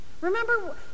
Remember